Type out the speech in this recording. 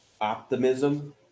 Optimism